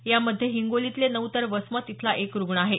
यामध्ये हिगोलीतले नऊ तर वसमत इथला एक रुग्ण आहे